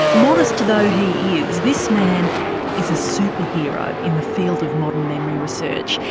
modest though he is, this man is a super hero in the field of modern memory research.